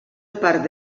part